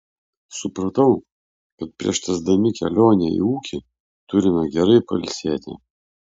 supratau kad prieš tęsdami kelionę į ūkį turime gerai pailsėti